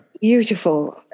Beautiful